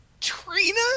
Trina